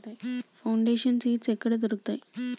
Foundation seeds ఎక్కడ దొరుకుతాయి?